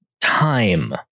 time